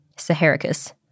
saharicus